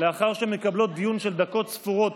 לאחר שמקבלות דיון של דקות ספורות